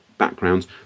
backgrounds